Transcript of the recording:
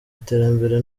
iterambere